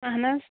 اَہَن حظ